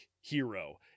hero